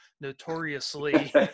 notoriously